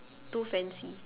too fancy